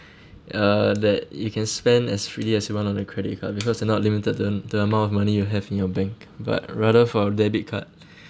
uh that you can spend as freely as you want on a credit card because you're not limited to to the amount of money you have in your bank but rather for debit card